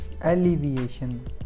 Alleviation